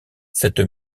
cette